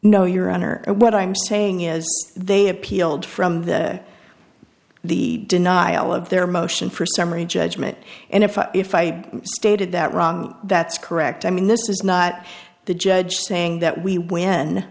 no your honor what i'm saying is they appealed from the the denial of their motion for summary judgment and if i if i stated that wrong that's correct i mean this is not the judge saying that we win